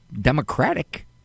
democratic